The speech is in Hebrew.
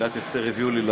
ועדת הכנסת אשר התקבלה.